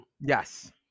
Yes